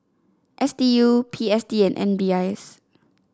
S D U P S D and M D I S